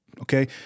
Okay